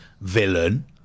villain